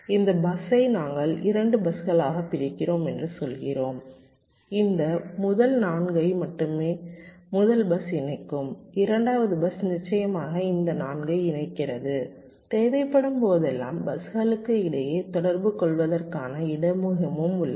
இந்த பஸ்ஸை நாங்கள் 2 பஸ்களாகப் பிரிக்கிறோம் என்று சொல்கிறோம் இந்த முதல் 4 ஐ மட்டுமே முதல் பஸ் இணைக்கும் இரண்டாவது பஸ் நிச்சயமாக இந்த 4 ஐ இணைக்கிறது தேவைப்படும் போதெல்லாம் பஸ்களுக்கு இடையே தொடர்புகொள்வதற்கான இடைமுகம் உள்ளது